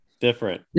different